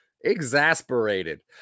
exasperated